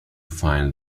find